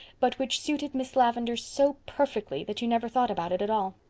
but which suited miss lavendar so perfectly that you never thought about it at all.